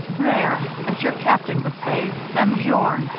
there, as your captain would say, them's yourn